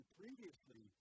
previously